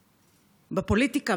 בפוליטיקה,